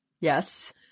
Yes